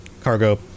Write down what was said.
cargo